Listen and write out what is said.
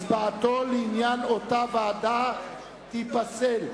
הצבעתו לעניין אותה ועדה תיפסל.